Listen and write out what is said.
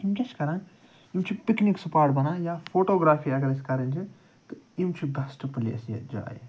یِم کیٛاہ چھِ کران یِم چھِ پِکنِک سٕپاٹ بنان یا فوٹوگرٛافی اَگر اسہِ کَرٕنۍ چھِ تہٕ یِم چھِ بیٚسٹہٕ پٕلیس یا جایہِ